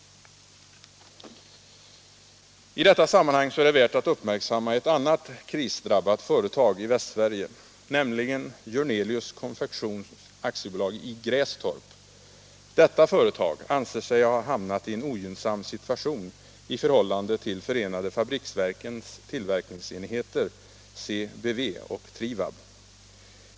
I detta sammanhang är det värt att uppmärksamma ett annat krisdrabbat företag i Västsverige, nämligen Jörnelius Konfektions AB i Grästorp. Detta företag anser sig ha hamnat i en ogynnsam situation i förhållande till förenade fabriksverkens tillverkningsenheter, CBV och Trivab.